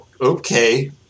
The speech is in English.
okay